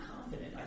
confident